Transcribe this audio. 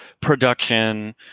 production